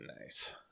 Nice